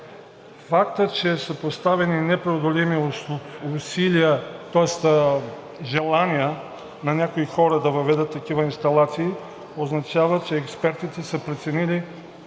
Фактът, че са поставени непреодолими условия, тоест желания на някои хора да въведат такива инсталации, означава, че експертите са преценили